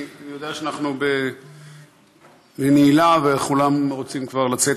אני יודע שאנחנו בנעילה וכולם רוצים כבר לצאת,